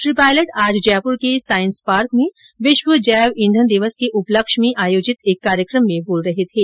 श्री पायलट आज जयपुर के साईस पार्क में विश्व जैव ईधन दिवस के उपलक्ष में आयोजित एक कार्यक्रम में बोल रहे थे